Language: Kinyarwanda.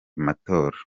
matora